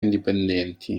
indipendenti